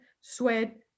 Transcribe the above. sweat